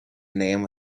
name